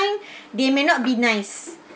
they may not be nice